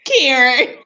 Karen